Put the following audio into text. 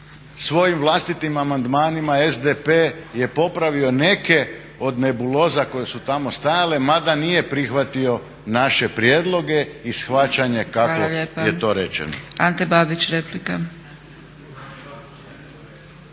svojim vlastitim amandmanima SDP je popravio neke od nebuloza koje su tamo stajale mada nije prihvatio naše prijedloge i shvaćanje kako je to rečeno.